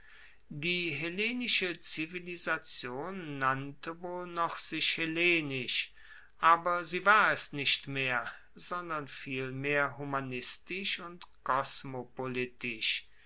die hellenische zivilisation nannte wohl noch sich hellenisch aber sie war es nicht mehr sondern vielmehr humanistisch und kosmopolitisch